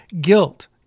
Guilt